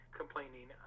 complaining